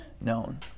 known